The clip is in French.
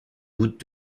goutte